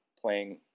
playing